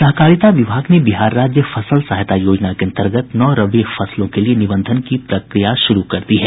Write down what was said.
सहकारिता विभाग ने बिहार राज्य फसल सहायता योजना के अन्तर्गत नौ रबी फसलों के लिए निबंधन की प्रक्रिया शुरू कर दी है